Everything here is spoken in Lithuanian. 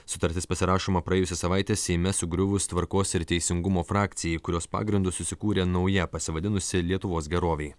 sutartis pasirašoma praėjusią savaitę seime sugriuvus tvarkos ir teisingumo frakcijai kurios pagrindu susikūrė nauja pasivadinusi lietuvos gerovei